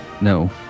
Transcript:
no